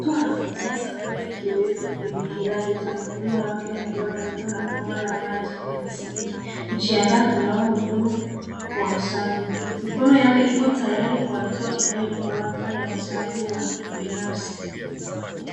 Mtu anamiminia sabuni ya kiowevu kwenye kiganja cha mkono wake akiwa karibu na bomba la maji kwenye sink ,kujiandaa kunawa mikono kwa usafi. Mikono yake iko tayari kwa hatua inayofuata ya usafi wa kibinafsi.